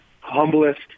humblest